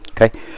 Okay